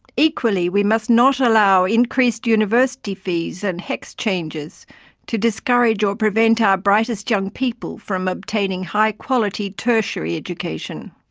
equally, we must not allow increased university fees and hecs changes to discourage or prevent our brightest young people from obtaining high quality tertiary education.